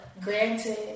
granted